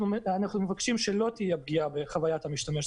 אנחנו מבקשים שלא תהיה פגיעה בחוויית המשתמש.